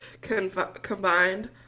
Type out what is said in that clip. combined